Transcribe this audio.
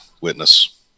witness